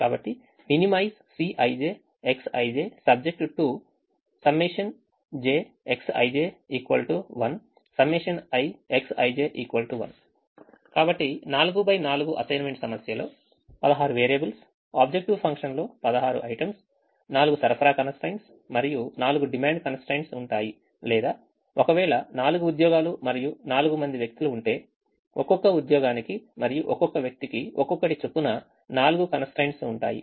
కాబట్టి minimize Cij Xij subject to Σj Xij1∀i Σi Xij1∀ j కాబట్టి 44 assignment సమస్యలో 16 variables objective function లో 16 terms 4 సరఫరా constraints మరియు 4 డిమాండ్ constraints ఉంటాయి లేదా ఒకవేళ 4 ఉద్యోగాలు మరియు 4 మంది వ్యక్తులు ఉంటే ఒక్కొక్క ఉద్యోగానికి మరియు ఒక్కొక్క వ్యక్తికి ఒక్కొక్కటి చొప్పున 4 constraints ఉంటాయి